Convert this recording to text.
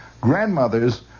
grandmothers